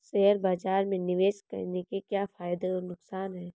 Share बाज़ार में निवेश करने के क्या फायदे और नुकसान हैं?